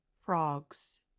frogs